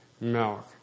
milk